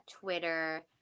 Twitter